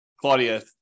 Claudia